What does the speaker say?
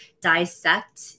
dissect